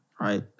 Right